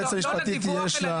הוא מגיע לאיזו דקה ויוצא.